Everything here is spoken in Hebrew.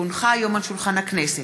כי הונחו היום על שולחן הכנסת,